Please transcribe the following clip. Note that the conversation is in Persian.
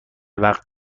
وقت